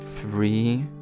three